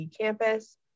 campus